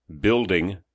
building